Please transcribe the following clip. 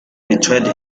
betrayed